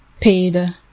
paid